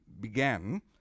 began